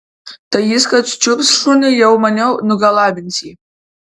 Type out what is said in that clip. tai jis kad čiups šunį jau maniau nugalabins jį